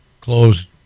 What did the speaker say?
closed